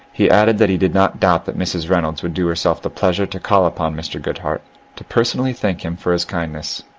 he added that he did not doubt that mrs. reynolds would do herself the pleasure to call upon mr. goodhart to personally thank him for his kindness.